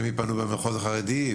למי פנו במחוז החרדי?